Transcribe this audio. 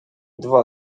dwa